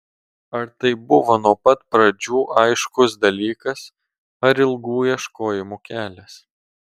ar tai buvo nuo pat pradžių aiškus dalykas ar ilgų ieškojimų kelias